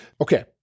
okay